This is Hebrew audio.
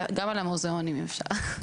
גם על המוזיאונים אם אפשר,